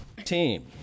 team